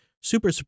super